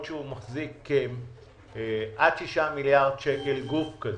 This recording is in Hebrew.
שהוא מחזיק עד שישה מיליארד שקל גוף כזה,